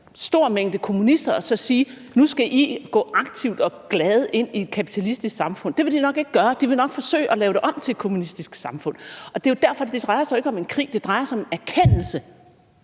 stor mængde kommunister og så sige: Nu skal I gå aktivt og glade ind i et kapitalistisk samfund. Det vil de nok ikke gøre, de vil nok forsøge at lave det om til et kommunistisk samfund. Det er derfor, jeg siger: Det drejer sig jo ikke om en krig. Det drejer sig om en erkendelse